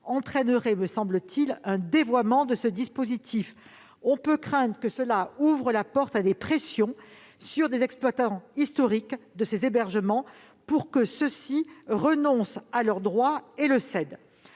entraînerait, me semble-t-il, un dévoiement du dispositif. On peut craindre que cela n'ouvre la porte à des pressions sur les exploitants historiques de ces hébergements pour les faire renoncer à leurs droits et les céder.